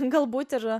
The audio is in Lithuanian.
galbūt ir